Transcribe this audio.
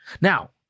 Now